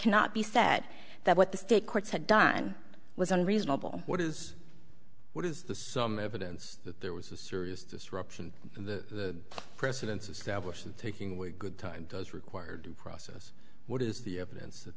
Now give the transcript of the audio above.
cannot be said that what the state courts had done was unreasonable what is what is the some evidence that there was a serious disruption in the president's established and taking way good time does required process what is the evidence that